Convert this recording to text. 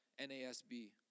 NASB